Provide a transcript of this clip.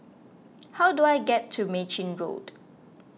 how do I get to Mei Chin Road